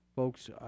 Folks